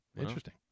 interesting